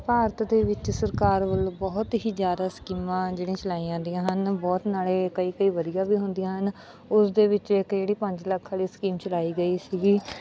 ਭਾਰਤ ਦੇ ਵਿੱਚ ਸਰਕਾਰ ਵੱਲੋਂ ਬਹੁਤ ਹੀ ਜ਼ਿਆਦਾ ਸਕੀਮਾਂ ਜਿਹੜੀਆਂ ਚਲਾਈਆਂ ਜਾਂਦੀਆਂ ਹਨ ਬਹੁਤ ਨਾਲ ਕਈ ਕਈ ਵਧੀਆ ਵੀ ਹੁੰਦੀਆਂ ਹਨ ਉਸ ਦੇ ਵਿੱਚ ਇੱਕ ਜਿਹੜੀ ਪੰਜ ਲੱਖ ਵਾਲੀ ਸਕੀਮ ਚਲਾਈ ਗਈ ਸੀਗੀ